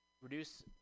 Reduce